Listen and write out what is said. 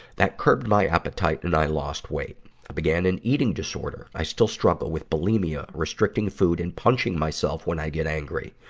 that curbed my appetite and i lost weight. i began an eating disorder. i still struggle with bulimia, restricting food, and punching myself when i get angry.